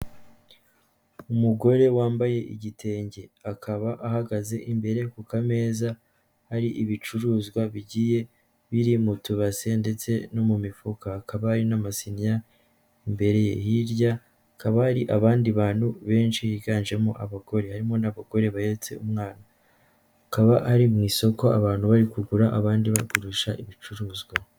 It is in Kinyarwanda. Umugore wambaye igitenge akaba ahagaze imbere ku kameza hari ibicuruzwa bigiye biri mu tubase ndetse no mu mifuka, hakaba hari n'amasiniya imbere ye, hirya hakaba hari abandi bantu benshi higanjemo abagore, harimo n'abagore bahetse umwana, akaba ari mu isoko abantu bari kugura abandi bagurisha ibicuruzwa.